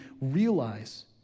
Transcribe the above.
realize